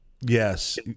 Yes